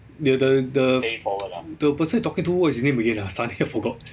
ya the the the the person you talking to what is his name again ah suddenly I forgot